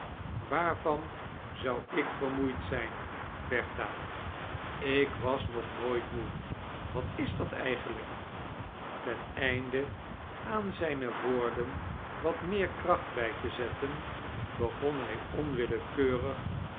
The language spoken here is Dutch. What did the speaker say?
waarvan zou ik veirmoeid zijn bertha ik was nog noodft moe wat is dat eigenlijk ten einde aan zijne wdardeia wat meex krachfc bij te zetten began hij onwillekeurig